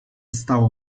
stało